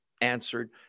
answered